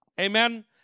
Amen